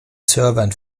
servern